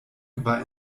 war